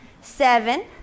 seven